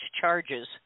charges